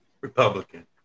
Republican